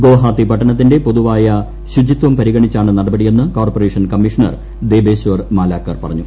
ഗുവഹത്തി പട്ടണത്തിന്റെ പൊതുവായ ശുചിത്വം പരിഗണിച്ചാണ് നടപടിയെന്ന് കോർപ്പറേഷൻ കമ്മീഷണർ ദേബേശ്യർ മാലാക്കർ പറഞ്ഞു